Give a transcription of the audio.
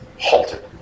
halted